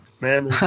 man